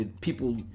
people